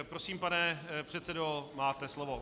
Prosím, pane předsedo, máte slovo.